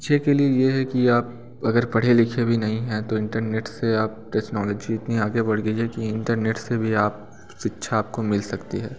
अच्छे के लिए ये है कि आप अगर पढ़े लिखे भी नहीं हैं तो इंटरनेट से अब टेसनोलॉजी इतनी आगे बढ़ गई है कि इंटरनेट से भी आप शिक्षा आप को मिल सकती है